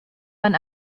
man